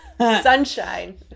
Sunshine